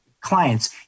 clients